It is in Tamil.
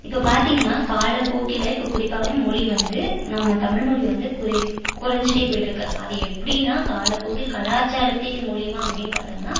இப்போ பார்த்திங்கன்னா காலப் போக்கில் இப்போது குறிப்பாகவே மொழி வந்து நம்ம தமிழ் மொழி வந்து குற குறஞ்சிட்டே போய்கிட்ருக்கு அது எப்படின்னா காலப் போக்கில் கலாச்சாரத்தின் மூலயமா அப்படின்னு பார்த்தோம்னா